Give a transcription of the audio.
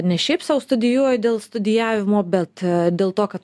ne šiaip sau studijuoju dėl studijavimo bet dėl to kad